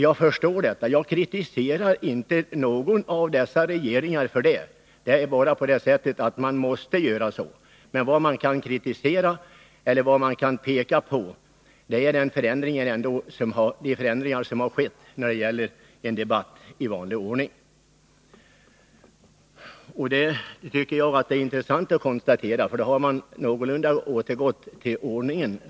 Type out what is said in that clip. Jag förstår att man inte kan tillgodose alla krav på satsningar, och jag kritiserar inte någon av dessa regeringar för deras ställningstaganden i de fallen, men vad man kan peka på är att det har skett förändringar i den debatt som förs från socialdemokratiskt håll. Det tycker jag är intressant att konstatera, för nu har man så att säga återgått till ordningen.